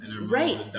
right